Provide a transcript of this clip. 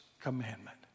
commandment